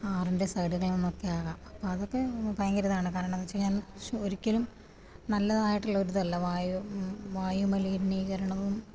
ആറിൻ്റെ സൈഡുകളിൽ നിന്നൊക്കെ ആകാം അപ്പോൾ അതൊക്കെ ഭയങ്കര ഇതാണ് കാരണം എന്നച്ചുകഴിഞ്ഞ അന്തരീക്ഷം ഒരിക്കലും നല്ലതായിട്ടതല്ല വായു വായുമലീനീകരണവും